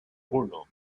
uno